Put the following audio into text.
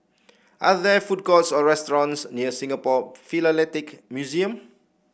are there food courts or restaurants near Singapore Philatelic Museum